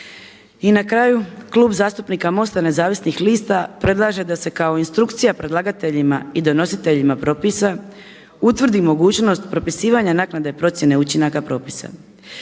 I na kraju Klub zastupnika MOST-a nezavisnih lista predlaže da se kao instrukcija predlagateljima i donositeljima propisa utvrdi mogućnost propisivanja naknade procjene učinaka propisa.